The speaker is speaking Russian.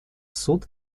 суд